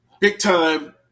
big-time